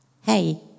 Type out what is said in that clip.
hey